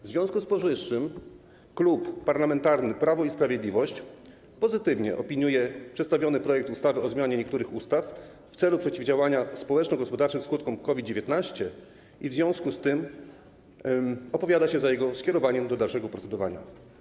W związku z powyższym Klub Parlamentarny Prawo i Sprawiedliwość pozytywnie opiniuje przedstawiony projekt ustawy o zmianie niektórych ustaw w celu przeciwdziałania społeczno-gospodarczym skutkom COVID-19 i opowiada się za jego skierowaniem do dalszego procedowania.